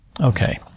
Okay